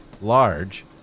large